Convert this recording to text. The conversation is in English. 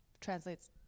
translates